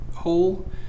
Hole